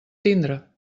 tindre